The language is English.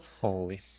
holy